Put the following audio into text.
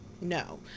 no